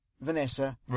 Vanessa